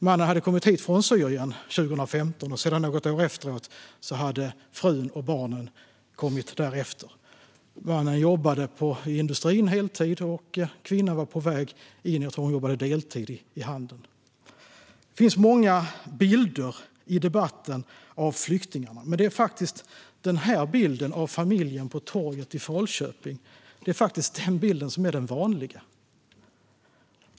Mannen hade kommit hit från Syrien 2015, och något år efteråt hade frun och barnen kommit efter. Mannen jobbade heltid på industrin. Kvinnan var på väg in; jag tror att hon jobbade deltid i handeln. Det finns många bilder av flyktingarna i debatten, men det är faktiskt denna bild av familjen på torget i Falköping som är den vanliga.